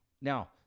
Now